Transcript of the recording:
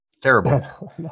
Terrible